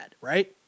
right